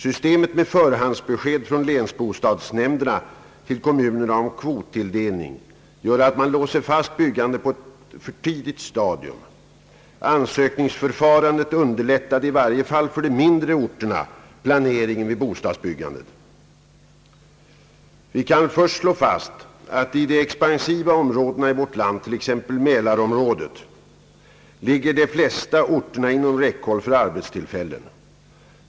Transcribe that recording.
Systemet med förhandsbesked från länsbostadsnämnderna till kommunerna om kvottilldelning gör att man låser fast byggandet på ett för tidigt stadium. Ansökningsförfarandet underlättade i varje fall för de mindre orterna planeringen av bostadsbyggandet. Vi kan först slå fast att i de expansiva områdena, t.ex. mälarområdet, ligger de flesta orterna inom räckhåll för arbetstillfällen.